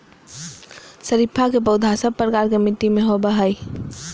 शरीफा के पौधा सब प्रकार के मिट्टी में होवअ हई